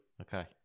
Okay